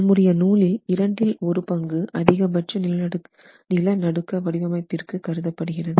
நம்முடைய நூலில் இரண்டில் ஒரு பங்கு அதிகபட்ச நிலநடுக்க வடிவமைப்பிற்கு கருதப்படுகிறது